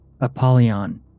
Apollyon